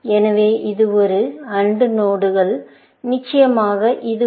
எனவே இது ஒரு AND நோடுகள் நிச்சயமாக இதுவும்